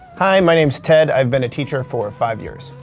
hi, my name's ted. i've been a teacher for five years.